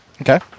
Okay